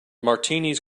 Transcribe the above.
martinis